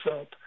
up